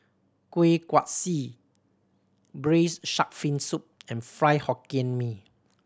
Kuih Kaswi Braised Shark Fin Soup and Fried Hokkien Mee